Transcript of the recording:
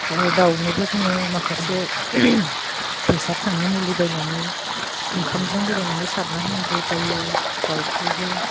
दाउनोबो जोङो माखासे फैसा थाङो मुलि बायनानै ओंखामजों लगायनानै सारना होनांगौ जायो दाउखौबो